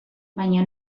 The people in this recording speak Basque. baina